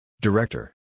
Director